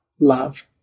love